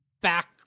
back